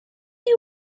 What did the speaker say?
you